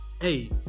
Hey